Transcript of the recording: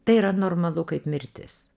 tai yra normalu kaip mirtis